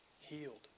healed